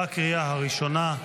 בקריאה הראשונה.